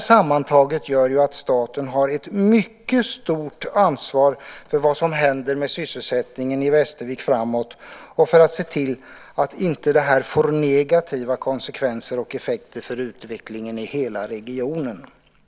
Sammantaget gör detta att staten har ett mycket stort ansvar för vad som framöver händer med sysselsättningen i Västervik och för att se till att det här inte får negativa effekter för utvecklingen i hela regionen.